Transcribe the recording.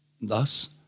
thus